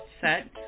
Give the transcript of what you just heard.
set